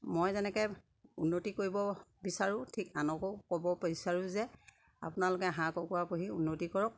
মই যেনেকে উন্নতি কৰিব বিচাৰোঁ ঠিক আনকো ক'ব বিচাৰোঁ যে আপোনালোকে হাঁহ কুকুৰা পুহি উন্নতি কৰক